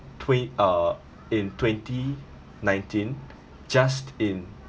twen~ uh in twenty-nineteen just in